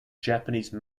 japanese